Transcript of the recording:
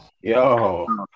yo